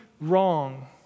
wrong